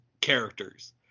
characters